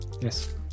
Yes